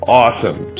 awesome